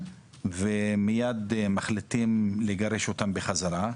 ומייד מחליטים לגרש אותם בחזרה.